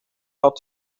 had